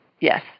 Yes